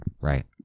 Right